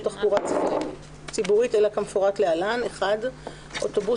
תחבורה ציבורית אלא כמפורט להלן: (1)אוטובוסים,